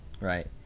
right